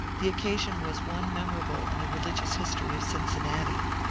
the occasion was one memorable in the religious history of cincinnati.